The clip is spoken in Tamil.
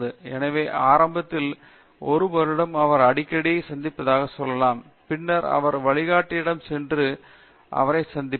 எனவே ஆரம்பத்தில் 1 வருடம் அவர் அடிக்கடி சந்திப்பதாக சொல்லலாம் பின்னர் அவர் வழிகாட்டியிடம் சென்று அவருடன் சந்திப்பார்